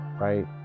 right